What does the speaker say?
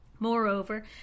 moreover